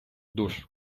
душу